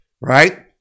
right